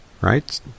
Right